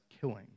killing